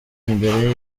imbere